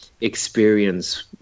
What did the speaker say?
experience